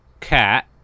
Cat